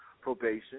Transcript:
probation